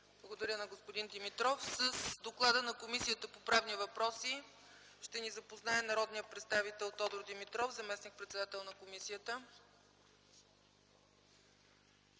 Благодаря на господин Димитров. С доклада на Комисията по правни въпроси ще ни запознае народният представител Тодор Димитров – заместник-председател на комисията.